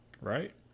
Right